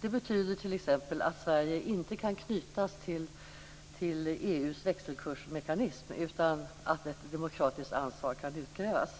Det betyder t.ex. att Sverige inte kan knytas till EU:s växelkursmekanism, utan att ett demokratiskt ansvar kan utkrävas.